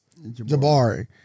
Jabari